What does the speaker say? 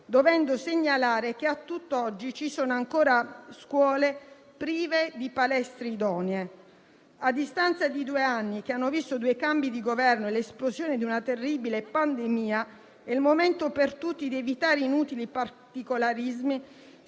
dovendo segnalare che a tutt'oggi ci sono ancora scuole prive di palestre idonee. A distanza di due anni, che hanno visto due cambi di Governo e l'esplosione di una terribile pandemia, è il momento per tutti di evitare inutili particolarismi,